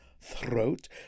throat